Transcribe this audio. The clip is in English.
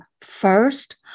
First